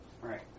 Right